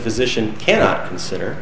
physician cannot consider